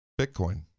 Bitcoin